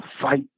fight